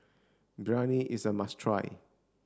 Biryani is a must try